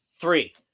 three